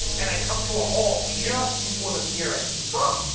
and i come to a halt just before the pier ended. oh!